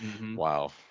Wow